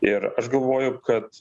ir aš galvoju kad